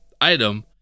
item